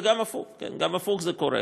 וגם הפוך, גם הפוך זה קורה.